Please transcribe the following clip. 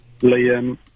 Liam